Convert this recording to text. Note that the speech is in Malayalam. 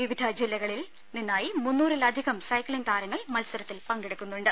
വിവിധ ജില്ലകളിൽ നിന്നായി മുന്നൂറി ലധികം സൈക്ലിംങ് താരങ്ങൾ മത്സരത്തിൽ പങ്കെടുക്കുന്നുണ്ട്